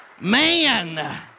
Man